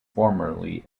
formerly